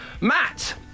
Matt